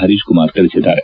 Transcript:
ಪರೀಶ ಕುಮಾರ ತಿಳಿಸಿದ್ದಾರೆ